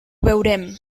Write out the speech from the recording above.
veurem